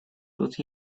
тут